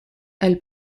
elle